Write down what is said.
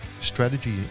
strategy